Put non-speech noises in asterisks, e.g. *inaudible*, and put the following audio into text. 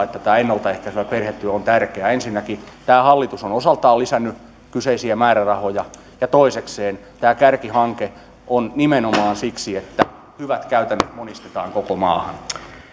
*unintelligible* että ennalta ehkäisevä perhetyö on tärkeää ensinnäkin tämä hallitus on osaltaan lisännyt kyseisiä määrärahoja ja toisekseen tämä kärkihanke on nimenomaan siksi että hyvät käytännöt monistetaan koko maahan